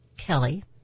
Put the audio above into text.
Kelly